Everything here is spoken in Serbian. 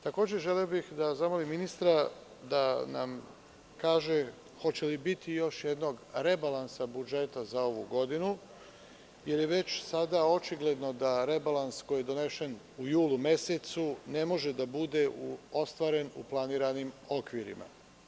Takođe, želeo bih da zamolim ministra da nam kaže hoće li biti još jednog rebalansa budžeta za ovu godinu, jer je već sada očigledno da rebalans koji je donesen u julu mesecu ne može da bude ostvaren u planiranim okvirima.